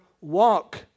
walk